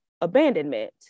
abandonment